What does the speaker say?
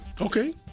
Okay